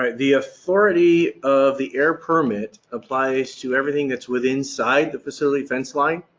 ah the authority of the air permit applies to everything that's within site, the facility fence line.